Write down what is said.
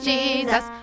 Jesus